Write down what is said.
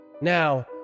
Now